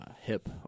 hip